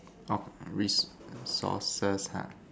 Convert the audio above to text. orh resources ha